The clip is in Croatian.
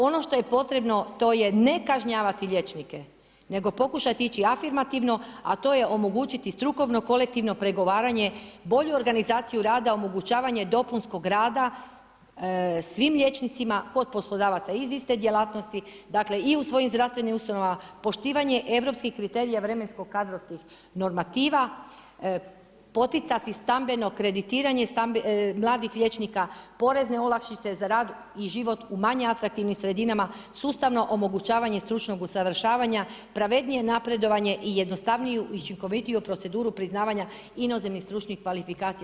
Ono što je potrebno to je ne kažnjavati liječnike, nego pokušati ići afirmativno, a to je omogućiti strukovno kolektivno pregovaranje, bolju organizaciju rada, omogućavanje dopunskog rada svim liječnicima kod poslodavaca iz iste djelatnosti, dakle i u svojim zdravstvenim ustanovama, poštivanje europskih kriterija vremensko kadrovskih normativa, poticati stambeno kreditiranje mladih liječnika, porezne olakšice za rad i život u manje atraktivnim sredinama, sustavno omogućavanje stručnog usavršavanja, pravednije napredovanje i jednostavniju i učinkovitiju proceduru priznavanja inozemnih stručnih kvalifikacija.